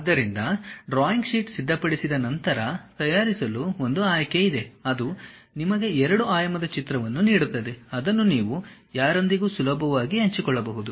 ಆದ್ದರಿಂದ drawing sheet ಸಿದ್ಧಪಡಿಸಿದ ನಂತರ ತಯಾರಿಸಲು ಒಂದು ಆಯ್ಕೆ ಇದೆ ಅದು ನಿಮಗೆ ಎರಡು ಆಯಾಮದ ಚಿತ್ರವನ್ನು ನೀಡುತ್ತದೆ ಅದನ್ನು ನೀವು ಯಾರೊಂದಿಗೂ ಸುಲಭವಾಗಿ ಹಂಚಿಕೊಳ್ಳಬಹುದು